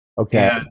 Okay